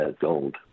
gold